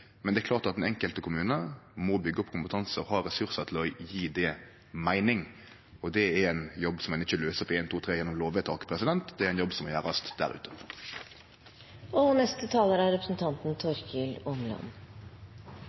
men det er klart at den enkelte kommunen må byggje opp kompetanse og ha ressursar til å gje det meining. Det er ein jobb som ein ikkje løyser på ein-to-tre gjennom lovvedtak. Det er ein jobb som må gjerast